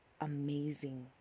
amazing